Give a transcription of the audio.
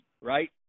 right